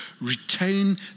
retain